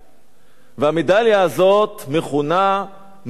והמדליה הזאת מכונה "מדליית החירות",